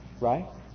Right